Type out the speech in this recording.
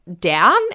down